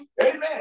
Amen